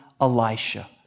Elisha